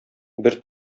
бер